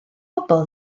bobl